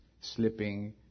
slipping